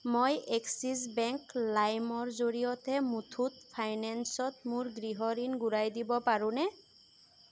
মই Axis bank লাইমৰ জৰিয়তে মুথুত ফাইনেন্সত মোৰ গৃহ ঋণ ঘূৰাই দিব পাৰোনে